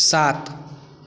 सात